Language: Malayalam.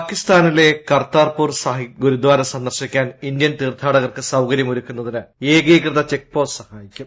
പാകിസ്ഥാനിലെ കർത്താർപൂർ സാഹിബ് ഗുരുദ്വാര സന്ദർശിക്കാൻ ഇന്ത്യൻ തീർത്ഥാടകർക്ക് സൌകര്യം ഒരുക്കുന്നതിന് എകീകൃത ചെക്പോസ്റ്റ് സഹായിക്കും